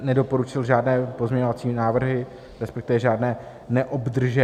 Nedoporučil žádné pozměňovací návrhy, respektive žádné neobdržel.